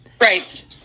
right